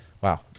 Wow